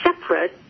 separate